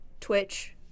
Twitch